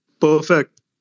Perfect